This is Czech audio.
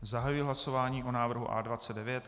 Zahajuji hlasování o návrhu A29.